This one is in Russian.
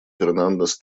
фернандес